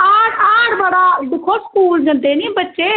हाड़ बड़ा दिक्खो स्कूल जंदे नी बच्चे